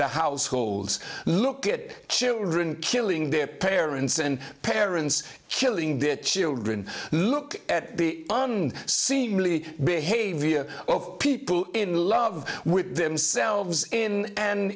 the households look at children killing their parents and parents killing their children look at the unknown seemingly behavior of people in love with themselves in an